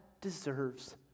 deserves